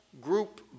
group